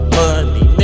money